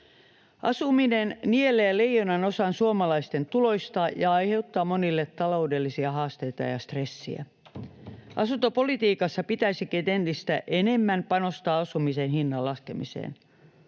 Asuminen nielee leijonanosan suomalaisten tuloista ja aiheuttaa monille taloudellisia haasteita ja stressiä. Asuntopolitiikassa pitäisikin entistä enemmän panostaa asumisen hinnan laskemiseen.